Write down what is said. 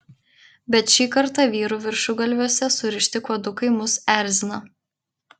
bet šį kartą vyrų viršugalviuose surišti kuodukai mus erzina